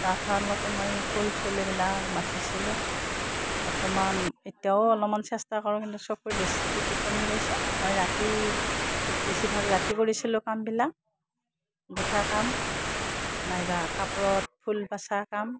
তাঁত শালতো মই ফুল চুল এইবিলাক বাচিছিলোঁ বৰ্তমান এতিয়াও অলপমান চেষ্টা কৰোঁ কিন্তু চকুৰ দৃষ্টিটো কমি গৈছে মই ৰাতি বেছিভাগ ৰাতি কৰিছিলোঁ কামবিলাক গোঁঠা কাম নাইবা কাপোৰত ফুল বচাৰ কাম